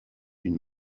une